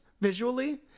visually